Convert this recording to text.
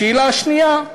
השאלה השנייה: